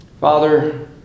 Father